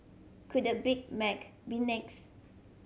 could the Big Mac be next